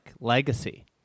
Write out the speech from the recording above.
legacy